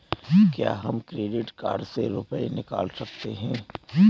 क्या हम credit card से रुपये निकाल सकते हैं?